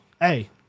hey